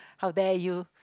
how dare you